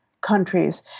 countries